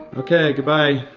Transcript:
okay, goodbye